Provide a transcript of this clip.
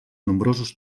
nombrosos